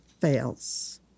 fails